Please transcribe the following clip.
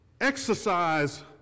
Exercise